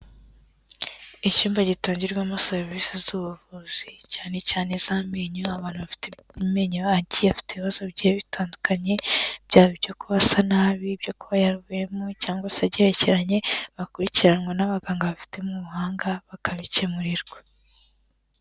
Icyumba gitangirwamo serivisi z'ubuvuzi cyane cyane iz'amenyo, abantu bafite amenyo agiye bafite ibibazo bigiye bitandukanye, byaba ibyo kuba asa nabi, ibyo kuba yaravuyemo cyangwa se agerekeranye, bakurikiranwa n'abaganga babifitemo ubuhanga bakabikemurirwa.